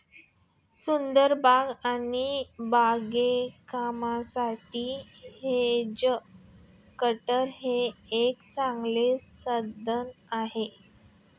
सुंदर बागा आणि बागकामासाठी हेज कटर हे एक चांगले साधन आहे